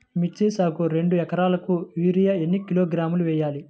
మిర్చి సాగుకు రెండు ఏకరాలకు యూరియా ఏన్ని కిలోగ్రాములు వేయాలి?